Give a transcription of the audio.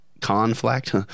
conflict